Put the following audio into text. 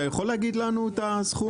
אתה יכול להגיד לנו את הסכום?